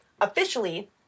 officially